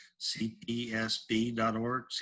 cpsb.org